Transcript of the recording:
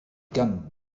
gan